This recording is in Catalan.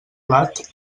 plat